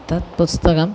तत् पुस्तकम्